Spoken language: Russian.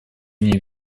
мне